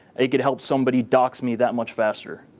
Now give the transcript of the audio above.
it could help somebody dox me that much faster.